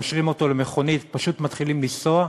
שקושרים אותו למכונית ופשוט מתחילים לנסוע,